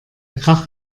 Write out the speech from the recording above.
krach